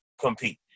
compete